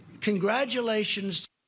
congratulations